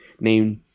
named